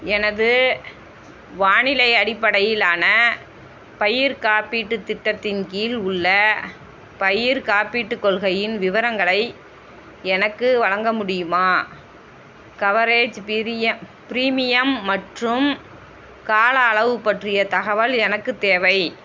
எனது வானிலை அடிப்படையிலான பயிர் காப்பீட்டுத் திட்டத்தின் கீழ் உள்ள பயிர் காப்பீட்டுக் கொள்கையின் விவரங்களை எனக்கு வழங்க முடியுமா கவரேஜ் பிரியம் ப்ரீமியம் மற்றும் கால அளவு பற்றிய தகவல் எனக்குத் தேவை